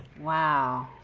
wow.